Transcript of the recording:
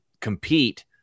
compete